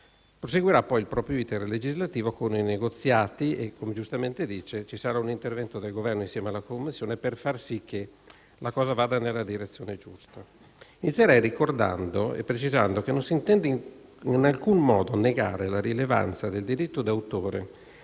proseguirà il proprio *iter* legislativo con i negoziati e, come giustamente dice il senatore interrogante, ci sarà un intervento del Governo, insieme alla Commissione, per far sì che la cosa vada nella direzione giusta. Inizierei ricordando e precisando che non si intende in alcun modo negare la rilevanza del diritto d'autore